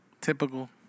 Typical